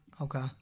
Okay